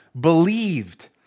believed